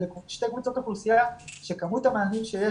שאלה שתי קבוצות אוכלוסייה שכמות המענים שיש